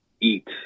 eat